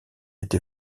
été